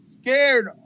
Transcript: scared